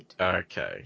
Okay